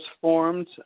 formed